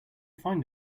find